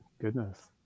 Goodness